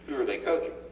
are they coaching?